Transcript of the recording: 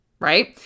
Right